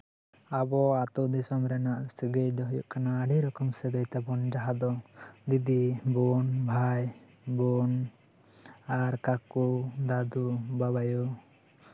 ᱟᱵᱚ ᱟᱛᱳ ᱫᱤᱥᱚᱢ ᱨᱮᱱᱟᱜ ᱥᱟᱹᱜᱟᱹᱭ ᱫᱚ ᱦᱩᱭᱩᱜ ᱠᱟᱱᱟ ᱟᱹᱰᱤ ᱨᱚᱠᱚᱢ ᱥᱟᱹᱜᱟᱹᱭ ᱛᱟᱵᱚᱱ ᱡᱟᱦᱟᱸ ᱫᱚ ᱫᱤᱫᱤ ᱵᱳᱱ ᱵᱷᱟᱭ ᱵᱳᱱ ᱟᱨ ᱠᱟᱠᱩ ᱫᱟᱫᱩ ᱵᱟᱵᱟᱭᱩ